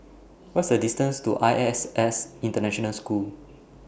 What IS The distance to I S S International School